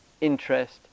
interest